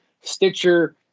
Stitcher